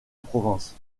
provence